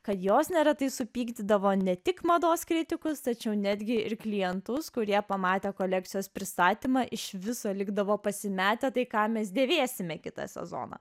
kad jos neretai supykdydavo ne tik mados kritikus tačiau netgi ir klientus kurie pamatę kolekcijos pristatymą iš viso likdavo pasimetę tai ką mes dėvėsime kitą sezoną